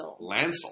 Lancel